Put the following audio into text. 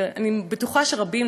ואני בטוחה שרבים,